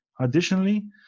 Additionally